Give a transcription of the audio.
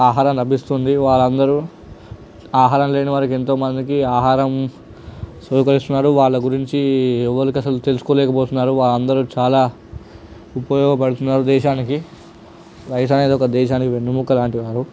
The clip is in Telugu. ఆహారం లభిస్తుంది వారందరూ ఆహారం లేని వారికి ఎంతో మందికి ఆహారం స్వీకరిస్తున్నారు వాళ్ళ గురించి ఎవరికి అసలు తెలుసుకోలేకపోతున్నారు అందరూ చాలా ఉపయోగపడుతున్నారు దేశానికి రైతు అనేది ఒక దేశానికి వెన్నెముక్కలాంటి వారు